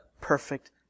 perfect